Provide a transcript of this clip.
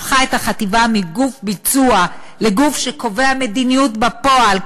הפכה את החטיבה מגוף ביצוע לגוף שקובע מדיניות בפועל,